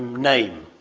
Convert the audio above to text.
name.